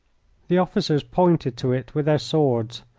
the officers pointed to it with their swords,